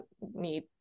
need